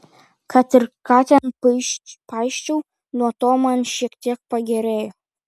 kad ir ką ten paisčiau nuo to man šiek tiek pagerėjo